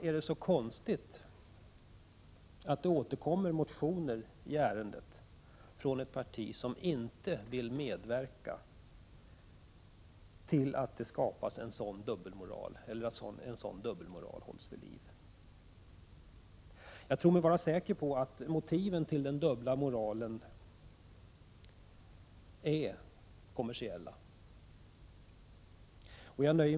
Är det så konstigt att det återkommer motioner i ärendet från ett parti som inte vill medverka till att en sådan dubbelmoral hålls vid liv? Jag tror mig vara säker på att motiven till den dubbelmoralen är kommersiella. Herr talman!